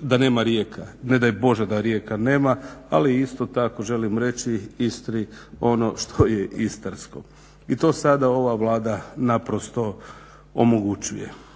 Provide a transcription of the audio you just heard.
da nema Rijeka. Ne daj bože da Rijeka nema, ali isto tako želim reći Istri ono što je istarsko. I to sada ova Vlada naprosto omogućuje.